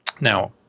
now